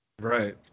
Right